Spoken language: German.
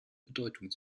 bedeutung